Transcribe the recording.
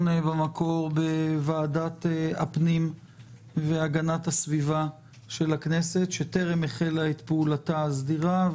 במקור בוועדת הפנים והגנת הסביבה של הכנסת שטרם החלה את פעולתה הסדירה.